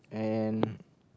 and